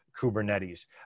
Kubernetes